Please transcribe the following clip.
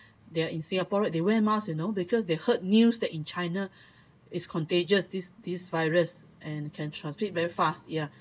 they are in singapore right they wear mask you know because they heard news that in china it's contagious this this virus and can transmit very fast ya